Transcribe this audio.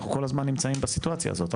אנחנו כל הזמן נמצאים בסיטואציה הזאת,